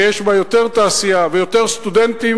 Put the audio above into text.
ויש בה יותר תעשייה ויותר סטודנטים